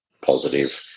positive